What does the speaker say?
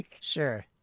sure